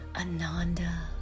Ananda